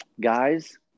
guys